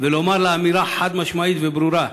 ולומר לה אמירה חד-משמעית וברורה,